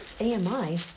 ami